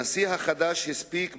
הנשיא החדש הספיק,